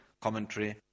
commentary